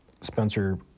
Spencer